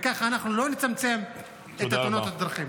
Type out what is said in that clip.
וככה לא נצמצם את תאונות הדרכים.